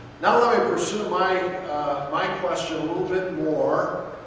now let me pursue my my question a little bit more.